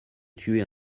tuer